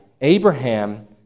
Abraham